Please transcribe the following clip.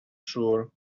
sure